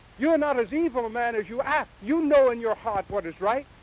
you are not as evil a man as you act. you know in your heart what is right.